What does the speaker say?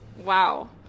Wow